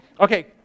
Okay